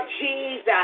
Jesus